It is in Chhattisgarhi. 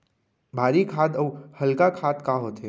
भारी खाद अऊ हल्का खाद का होथे?